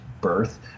birth